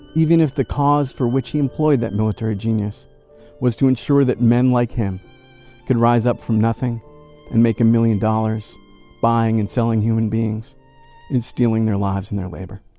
even if the cause for which he employed that military genius was to ensure that men like him can rise up from nothing and make a million dollars buying and selling human beings and stealing their lives in their labor